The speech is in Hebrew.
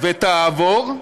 אם תעבור,